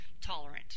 tolerant